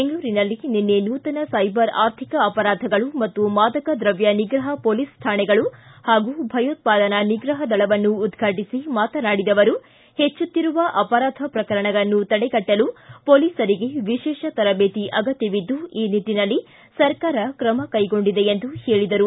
ಬೆಂಗಳೂರಿನಲ್ಲಿ ನಿನ್ನೆ ನೂತನ ಸೈಬರ್ ಆರ್ಥಿಕ ಅಪರಾಧಗಳು ಮತ್ತು ಮಾದಕ ದ್ರವ್ಯ ನಿಗ್ರಹ ಪೊಲೀಸ್ ಶಾಣೆಗಳು ಹಾಗೂ ಭಯೋತ್ಪಾದನಾ ನಿಗ್ರಹ ದಳವನ್ನು ಉದ್ಘಾಟಿಸಿ ಮಾತನಾಡಿದ ಅವರು ಪೆಚ್ಚುತ್ತಿರುವ ಅಪರಾಧ ಪ್ರಕರಣಗಳನ್ನು ತಡೆಗಟ್ಟಲು ಪೊಲೀಸರಿಗೆ ವಿಶೇಷ ತರಬೇತಿ ಅಗತ್ತವಿದ್ದು ಈ ನಿಟ್ಟಿನಲ್ಲಿ ಸರ್ಕಾರ ಕ್ರಮ ಕೈಗೊಂಡಿದೆ ಎಂದರು